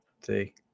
See